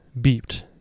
beeped